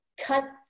cut